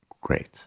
Great